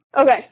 Okay